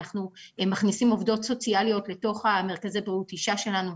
אנחנו מכניסים עובדות סוציאליות לתוך מרכזי בריאות האישה שלנו,